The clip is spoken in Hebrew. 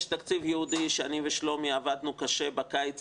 יש תקציב ייעודי שאני ושלומי עבדנו קשה בקיץ